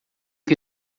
que